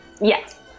Yes